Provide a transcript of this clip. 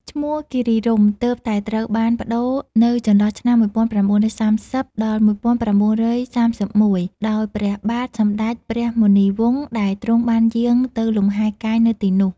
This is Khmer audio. ឈ្មោះ "គិរីរម្យ" ទើបតែត្រូវបានប្ដូរនៅចន្លោះឆ្នាំ ១៩៣០-១៩៣១ ដោយព្រះបាទសម្តេចព្រះមុនីវង្ស ដែលទ្រង់បានយាងទៅលំហែកាយនៅទីនោះ។